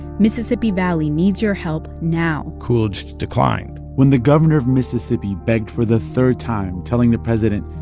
mississippi valley needs your help now. coolidge declined when the governor of mississippi begged for the third time, telling the president,